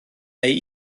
neu